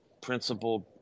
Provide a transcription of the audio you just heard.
principled